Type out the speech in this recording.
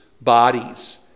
bodies